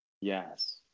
Yes